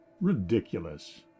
Ridiculous